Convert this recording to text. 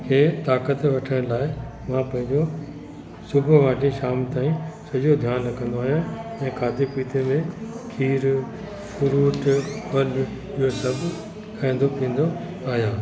मूंखे ताकत वठण लाइ मां पंहिंजो सुबुह खां वठी शाम ताईं सॼो ध्यानु रखंदो आहियां ऐं खाधे पीते में खीर फ्रूट फल इहो सभु इहो सभु खाईंदो पीअंदो आहियां